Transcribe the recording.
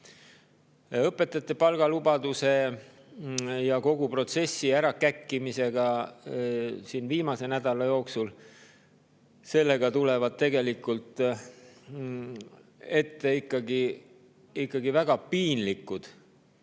Õpetajate palga[tõusu] lubaduse ja kogu protsessi ära käkkimisega siin viimase nädala jooksul tulevad tegelikult ette ikkagi väga piinlikud